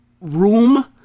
room